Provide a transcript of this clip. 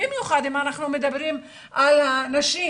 במיוחד אם אנחנו מדברים על הנשים,